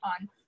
on